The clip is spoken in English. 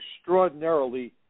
extraordinarily